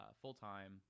full-time